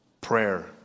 prayer